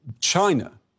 China